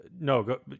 No